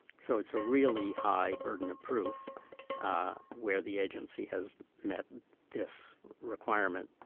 so it's a really high burden of proof where the agency has met this requirement.